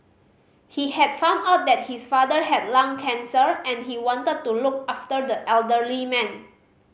he had found out that his father had lung cancer and he wanted to look after the elderly man